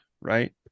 right